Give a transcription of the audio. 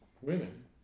Women